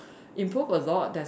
improve a lot there's